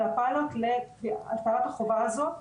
אלא פיילוט להטלת החובה הזו.